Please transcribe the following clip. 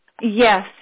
Yes